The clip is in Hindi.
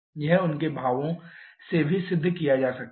यह उनके भावों से भी सिद्ध किया जा सकता है